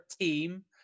team